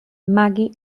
maggie